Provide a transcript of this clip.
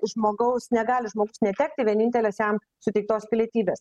iš žmogaus negali žmogus netekti vienintelės jam suteiktos pilietybės